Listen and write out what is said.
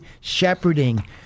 shepherding